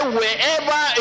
wherever